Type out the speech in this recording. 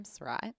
right